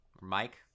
Mike